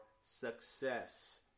success